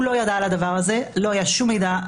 הוא לא ידע על הדבר הזה, לא היה שום מידע.